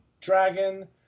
Dragon